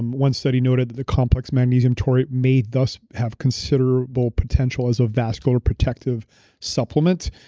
one study noted the complex magnesium taurate made does have considerable potential as a vascular protective supplement.